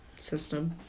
system